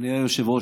אדוני היושב-ראש,